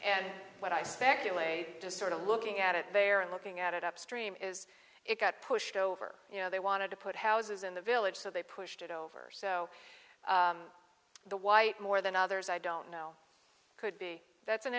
speculate just sort of looking at it there and looking at it upstream is it got pushed over you know they wanted to put houses in the village so they pushed it over so the white more than others i don't know could be that's an